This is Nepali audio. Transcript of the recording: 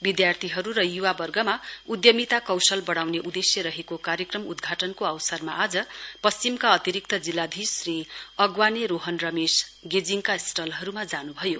विद्यार्थीहरु र युवावर्गमा उद्यमिता कौशल वढ़ाउने उदेश्य रहेको कार्यक्रम उद्घाटनको अवसरमा आज पश्चिमका अतिरिक्त जिल्लाधीश श्री अगवाने रोहन रमेश गेजिङका स्टलहरुमा जानुभयो